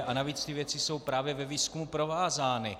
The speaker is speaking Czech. A navíc ty věci jsou právě ve výzkumu provázány.